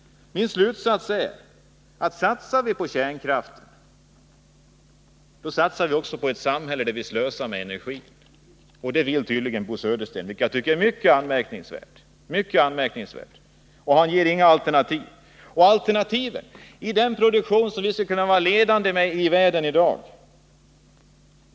Min slutsats är: Satsar vi på kärnkraften, satsar vi också på ett samhälle där vi slösar med energi. Det vill tydligen Bo Södersten, vilket jag tycker är mycket anmärkningsvärt. Och han ger inga alternativ. Han tackar nej till en alternativ energipolitik.